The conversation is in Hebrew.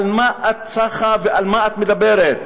על מה את שחה ועל מה אתה מדברת?